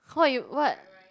hor you what